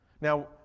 Now